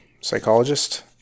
psychologist